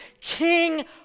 King